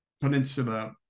peninsula